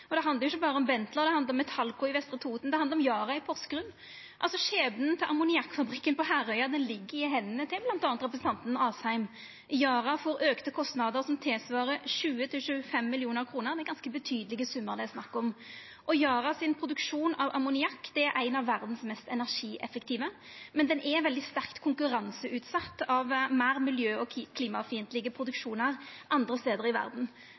For det handlar ikkje berre om Benteler, det handlar om Metallco på Vestre Toten, og det handlar om Yara i Porsgrunn. Skjebnen til ammoniakkfabrikken på Herøya ligg i hendene til bl.a. representanten Asheim. Yara får auka kostnader som tilsvarer 20–25 mill. kr. Det er ganske betydelege summar det er snakk om. Yaras produksjon av ammoniakk er ein av verdas mest energieffektive, men er veldig sterkt konkurranseutsett av meir miljø- og klimafiendtlege produksjonar andre stader i verda.